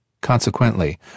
Consequently